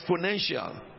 exponential